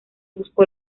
buscó